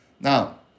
Now